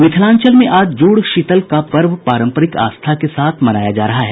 मिथिलांचल में आज जूड़ शीतल पर्व पारम्परिक आस्था के साथ मनाया जा रहा है